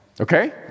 Okay